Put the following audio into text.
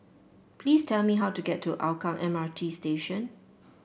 please tell me how to get to Hougang M R T Station